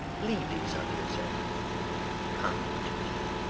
leave these others and come to me.